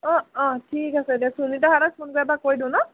অঁ অঁ ঠিক আছে দে সুনীতাহঁতক ফোন কৰি এবাৰ কৈ দিওঁ ন